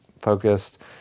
focused